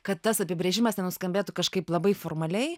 kad tas apibrėžimas nenuskambėtų kažkaip labai formaliai